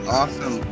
awesome